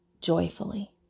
joyfully